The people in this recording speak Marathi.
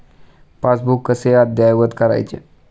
पासबुक कसे अद्ययावत करायचे?